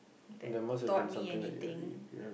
that taught me anything